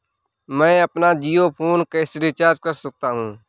मैं अपना जियो फोन कैसे रिचार्ज कर सकता हूँ?